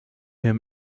him